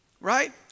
right